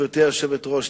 גברתי היושבת-ראש,